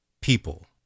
People